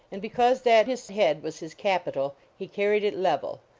and because that his head was his capital he carried it level,